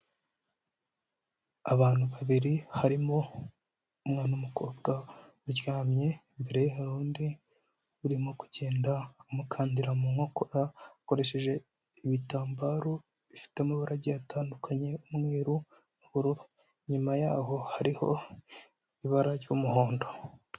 Abantu babiri harimo umwana w'umukobwa uryamye, imbere ye hari undi urimo kugenda amukandira mu nkokora akoresheje ibitambaro bifite amabara agiye atandukanye, umweru n'ubururu, inyuma yaho hariho ibara ry'umuhondo.